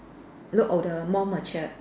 look older more matured